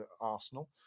Arsenal